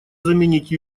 заменить